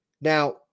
Now